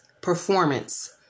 performance